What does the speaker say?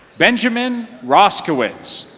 benjamin roscowitz